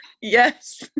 Yes